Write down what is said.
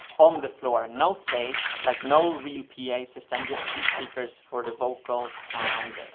on the floor, no stage, like no real pa system, just two speakers for the vocals and.